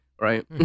right